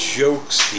jokes